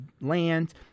land